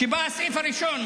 שבה הסעיף הראשון,